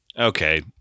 Okay